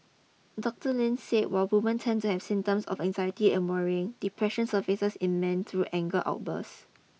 Doctor Lin said while women tend to have symptoms of anxiety and worrying depression surfaces in men through anger outbursts